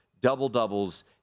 double-doubles